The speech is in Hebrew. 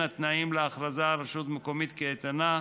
התנאים להכרזה על רשות מקומית כאיתנה,